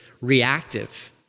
reactive